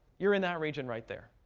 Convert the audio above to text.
you're in that region right there.